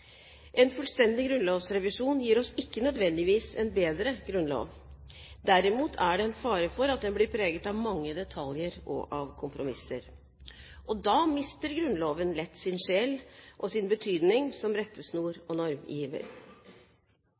En fullstendig grunnlovsrevisjon gir oss ikke nødvendigvis en bedre grunnlov. Derimot er det en fare for at den blir preget av mange detaljer og av kompromisser. Da mister Grunnloven lett sin sjel og sin betydning som rettesnor og normgiver.